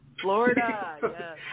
Florida